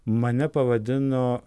mane pavadino